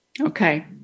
Okay